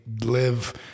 live